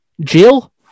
Jill